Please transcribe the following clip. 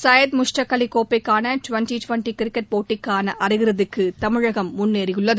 சையது முஸ்டாக் அவி கோப்பைக்கான twenty twenty cricket போட்டிக்கான அரையிறுதிக்கு தமிழகம் முன்னேறியுள்ளது